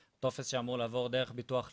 טופס שאמור לעבור דרך ביטוח לאומי,